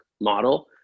model